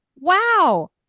Wow